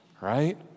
right